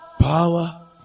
power